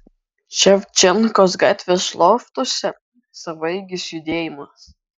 ševčenkos gatvės loftuose savaeigis judėjimas